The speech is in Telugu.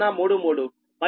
1033 మరియు ఇది వచ్చి j0